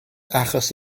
achos